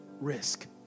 risk